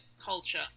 culture